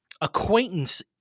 acquaintance